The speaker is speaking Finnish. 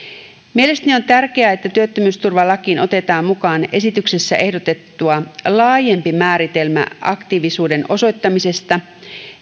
mielestäni on tärkeää että työttömyysturvalakiin otetaan mukaan esityksessä ehdotettua laajempi määritelmä aktiivisuuden osoittamisesta